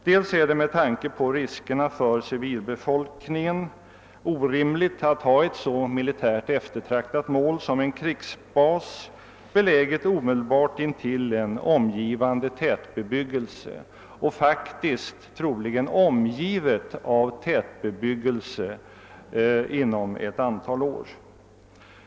Det är med tanke på riskerna för civilbefolkningen orimligt att ha ett så militärt eftertraktat mål som en krigsbas beläget omedelbart intill en omgivande tätbebyggelse och faktiskt också omgivet av tätbebyggelse inom ett antal år.